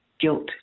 guilt